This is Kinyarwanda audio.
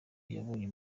yabonye